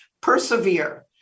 persevere